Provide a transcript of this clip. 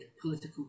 political